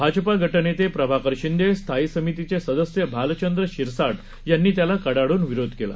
भाजपा गटनेते प्रभाकर शिंदे स्थायी समितीचे सदस्य भालचंद्र शिरसाट यांनी त्याला कडाडून विरोध केला